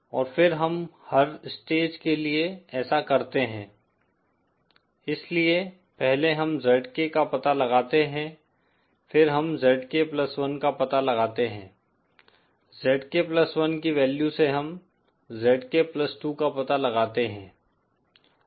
और फिर हम हर स्टेज के लिए ऐसा करते हैं इसलिए पहले हम ZK का पता लगाते हैं फिर हम ZK 1 का पता लगाते हैं ZK 1 की वैल्यू से हम ZK 2 का पता लगाते हैं